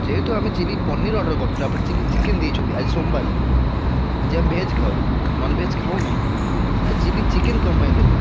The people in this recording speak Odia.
ଯେହେତୁ ଆମେ ଚିଲି ପନିର୍ ଅର୍ଡ଼ର୍ କରିଥିଲୁ ଆପଣ ଚିଲି ଚିକେନ୍ ଦେଇଛନ୍ତି ଆଜି ସୋମବାର ଆଜି ଆମେ ଭେଜ୍ ଖାଉ ନନ୍ଭେଜ୍ ଖାଉନାହିଁ ତ ଚିଲି ଚିକେନ୍ କଣ ପାଇଁ ଦେଲେ